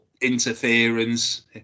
interference